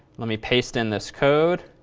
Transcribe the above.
let me paste in this code.